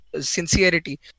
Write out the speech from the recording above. sincerity